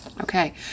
Okay